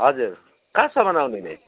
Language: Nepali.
हजुर कहाँसम्मन् आउनु हुने